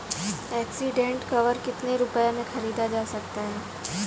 Accident cover कितने रुपए में खरीदा जा सकता है?